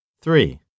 Three